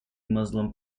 muslim